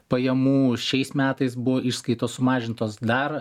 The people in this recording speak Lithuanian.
pajamų šiais metais buvo išskaitos sumažintos dar